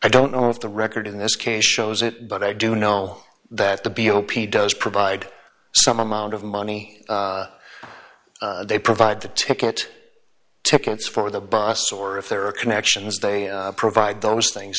i don't know if the record in this case shows it but i do know that the b o p does provide some amount of money they provide the ticket tickets for the bus or if there are connections they provide those things